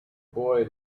boy